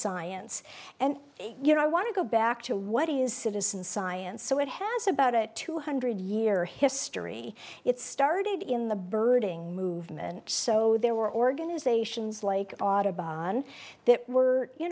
science and you know i want to go back to what is citizen science so it has about it two hundred year history it started in the birding movement so there were organizations like audubon that were you